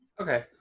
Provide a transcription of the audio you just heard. Okay